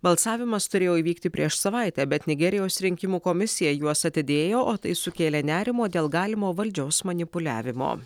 balsavimas turėjo įvykti prieš savaitę bet nigerijos rinkimų komisija juos atidėjo o tai sukėlė nerimo dėl galimo valdžios manipuliavimo